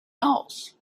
else